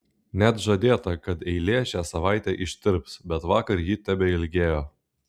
net žadėta kad eilė šią savaitę ištirps bet vakar ji tebeilgėjo